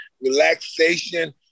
relaxation